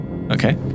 Okay